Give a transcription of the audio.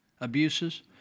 abuses